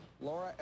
Laura